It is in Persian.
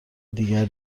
دیگر